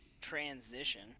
transition